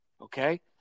okay